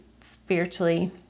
spiritually